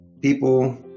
people